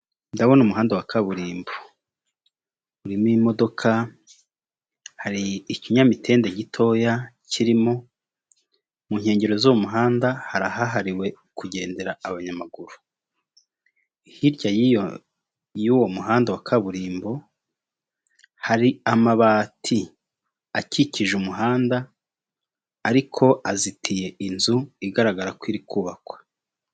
Ndabona umuhanda wa kaburimbo urimo imodoka hari ikinyamitende gitoya kirimo, mu nkengero z'uwo muhanda hari ahahariwe kugendera abanyamaguru, hirya y'uwo muhanda wa kaburimbo hari amabati akikije umuhanda ariko azitiye inzu igaragara ko iri kubakwa.